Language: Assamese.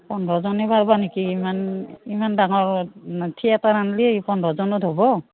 পোন্ধৰজনেই পাৰিব নেকি ইমান ইমান ডাঙৰ থিয়েটাৰ আনিলে পোন্ধৰজনত হ'ব